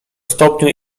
stopniu